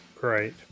Great